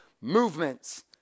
movements